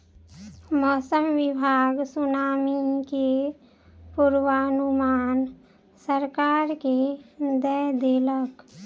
मौसम विभाग सुनामी के पूर्वानुमान सरकार के दय देलक